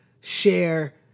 share